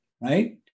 Right